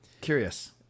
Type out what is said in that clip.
curious